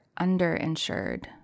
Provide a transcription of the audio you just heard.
underinsured